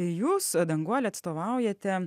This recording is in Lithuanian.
jūs danguole atstovaujate